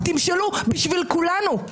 תמשלו בשביל כולנו.